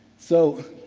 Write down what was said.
so,